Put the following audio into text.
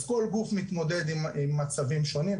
אז כל גוף מתמודד עם מצבים שונים.